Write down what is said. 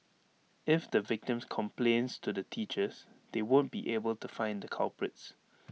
if the victim complains to teachers they won't be able to find the culprits